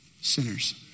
Sinners